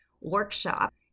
Workshop